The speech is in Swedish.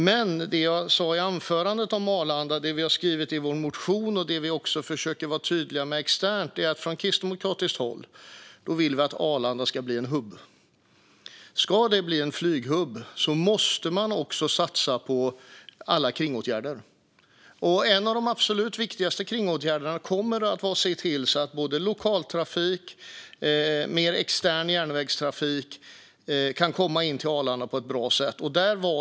Men det jag sa i anförandet om Arlanda, som vi har skrivit i vår motion och också försöker vara tydliga med externt, är att vi från kristdemokratiskt håll vill att Arlanda ska bli en hubb. Ska det bli en flyghubb måste man också satsa på alla kringåtgärder. En av de absolut viktigaste kringåtgärderna kommer att vara att se till att både lokaltrafik och mer extern järnvägstrafik kan komma in till Arlanda på ett bra sätt.